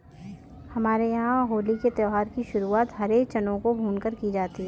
हमारे यहां होली के त्यौहार की शुरुआत हरे चनों को भूनकर की जाती है